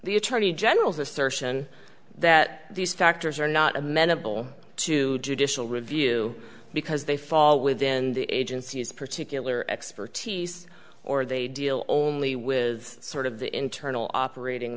the attorney general's assertion that these factors are not amenable to judicial review because they fall within the agency's particular expertise or they deal only with sort of the internal operating